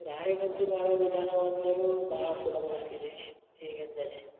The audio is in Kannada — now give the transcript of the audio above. ರಾಗಿ ಗಂಜಿ ಮಾಡುವ ವಿಧಾನವನ್ನು ಭಾಳ ಸುಲಭವಾಗಿದೆ ಹೇಗೆಂದರೆ